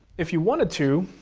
if you wanted to,